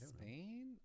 Spain